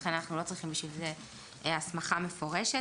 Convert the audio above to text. ולכן אנחנו לא צריכים בשביל זה הסמכה מפורשת,